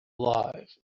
alive